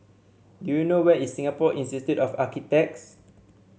do you know where is Singapore Institute of Architects